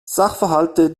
sachverhalte